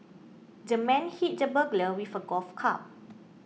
the man hit the burglar with a golf club